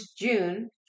June